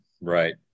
right